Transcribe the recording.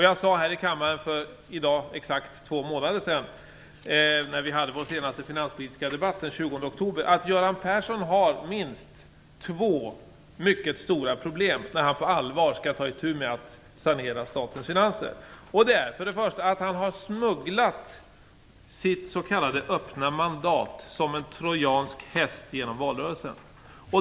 Jag sade här i kammaren för i dag exakt två månader sedan, när vi hade vår senaste finanspolitiska debatt den 20 oktober, att Göran Persson har minst två mycket stora problem när han på allvar skall ta itu med att sanera statens finanser. Det gäller för det första att han har smugglat sitt s.k. öppna mandat som i en trojansk häst genom valrörelsen.